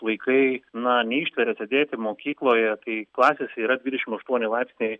vaikai na neištveria sėdėti mokykloje kai klasėse yra dvidešim aštuoni laipsniai